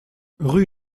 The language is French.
rue